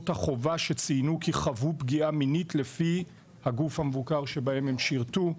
החובה שציינו כי חוו פגיעה מינית לפי הגוף המבוקר בהן הן שירתו.